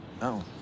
No